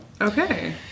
Okay